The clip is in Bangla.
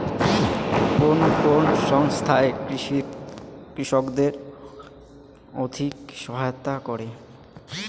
কোন কোন সংস্থা কৃষকদের আর্থিক সহায়তা করে?